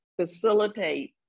facilitate